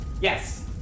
Yes